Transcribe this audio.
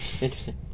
interesting